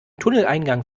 tunneleingang